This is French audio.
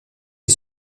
est